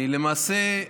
למעשה,